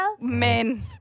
Men